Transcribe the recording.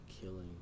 killing